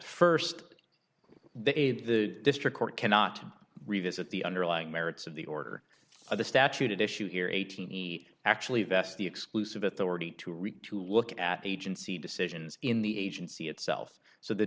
first they the district court cannot revisit the underlying merits of the order of the statute and issue here eighteen he actually vests the exclusive authority to reek to look at agency decisions in the agency itself so the